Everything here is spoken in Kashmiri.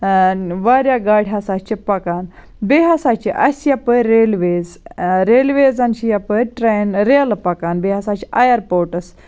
واریاہ گاڑِ ہَسا چھِ پَکان بییٚہِ ہَسا چھِ اَسہِ یَپٲرۍ ریلویز ریلویزَن چھِ یَپٲرۍ ٹرین ریلہٕ پَکان بییٚہِ ہَسا چھِ اَیَر پوٹس